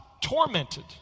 tormented